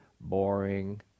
boring